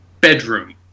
Bedroom